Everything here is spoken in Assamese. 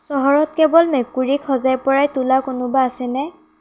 চহৰত কেৱল মেকুৰীক সজাই পৰাই তোলা কোনোবা আছেনে